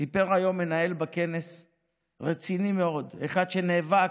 סיפר היום בכנס מנהל רציני מאוד, אחד שנאבק,